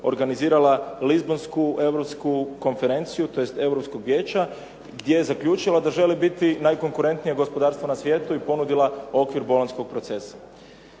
organizirala Lisbonsku europsku konferenciju, tj. Europskog vijeća, gdje je zaključila da želi biti najkonkurentnije gospodarstvo na svijetu i ponudila okvir bolonjskog procesa.